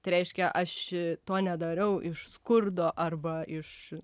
tai reiškia aš to nedariau iš skurdo arba iš